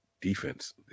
defense